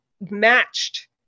matched